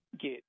get